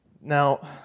Now